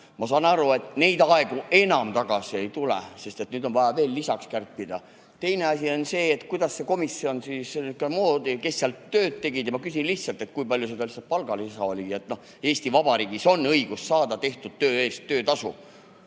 Ma saan aru, et neid aegu enam tagasi ei tule, sest nüüd on vaja veel kärpida. Teine asi on see, et kuidas ja kes seal komisjonis tööd tegid. Ja ma küsin lihtsalt, et kui palju seda palgalisa oli. Eesti Vabariigis on õigus saada tehtud töö eest tasu.